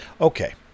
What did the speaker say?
Okay